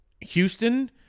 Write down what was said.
Houston